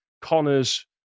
Connor's